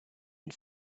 and